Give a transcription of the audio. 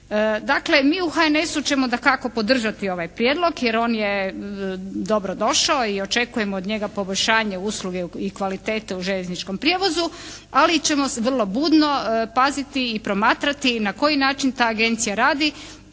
Dakle mi u HNS-u ćemo dakako podržati ovaj prijedlog jer on je dobro došao i očekujemo od njega poboljšanje usluga i kvalitetu u željezničkom prijevozu, ali ćemo vrlo budno paziti i promatrati na koji način ta agencija radi.